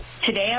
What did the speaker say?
Today